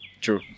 True